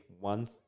one